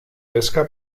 pesca